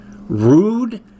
rude